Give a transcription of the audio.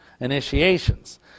initiations